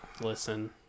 Listen